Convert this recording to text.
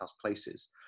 places